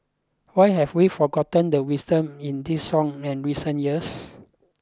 why have we forgotten the wisdom in this song in recent years